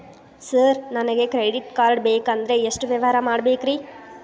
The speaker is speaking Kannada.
ಸರ್ ನನಗೆ ಕ್ರೆಡಿಟ್ ಕಾರ್ಡ್ ಬೇಕಂದ್ರೆ ಎಷ್ಟು ವ್ಯವಹಾರ ಮಾಡಬೇಕ್ರಿ?